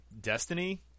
Destiny